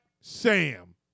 Sam